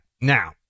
Now